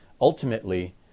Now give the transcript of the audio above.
Ultimately